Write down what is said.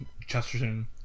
Chesterton